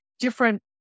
different